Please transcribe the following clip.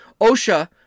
OSHA